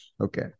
Okay